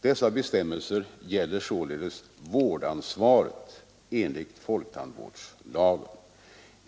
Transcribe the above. Dessa bestämmelser gäller således vårdansvaret enligt folktandvårdslagen.